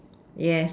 yes